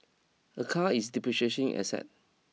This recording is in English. a car is depreciation asset